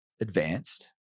advanced